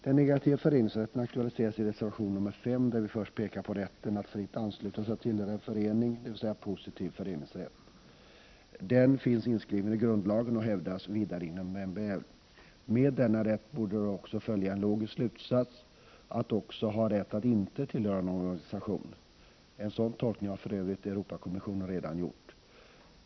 Den negativa föreningsrätten aktualiseras i reservationen 5, där vi först pekar på rätten att fritt ansluta sig och tillhöra en förening, dvs. positiv föreningsrätt. Den finns inskriven i grundlagen och hävdas vidare inom MBL. Med denna rätt borde följa en logisk slutsats, att också ha rätt att inte tillhöra någon organisation. En sådan tolkning har för övrigt Europakommissionen redan gjort.